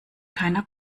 keiner